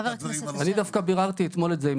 חבר הכנסת אשר -- אני דווקא ביררתי את זה אתמול עם